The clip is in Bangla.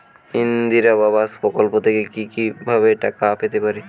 ইন্দিরা আবাস প্রকল্প থেকে কি ভাবে টাকা পেতে পারি?